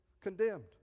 Condemned